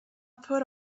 put